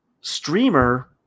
streamer